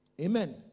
Amen